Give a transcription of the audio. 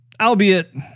albeit